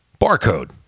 barcode